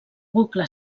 bucle